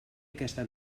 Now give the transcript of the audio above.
aquesta